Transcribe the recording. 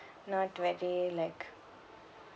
not very like